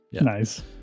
Nice